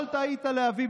יכולת להביא,